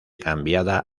cambiada